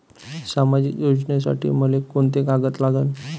सामाजिक योजनेसाठी मले कोंते कागद लागन?